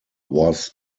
was